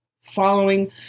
following